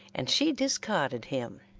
and she discarded him.